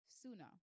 sooner